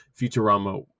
Futurama